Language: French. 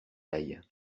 aille